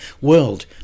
world